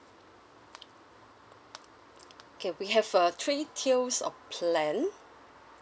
okay we have a three tiers of plan